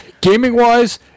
Gaming-wise